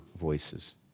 voices